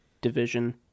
division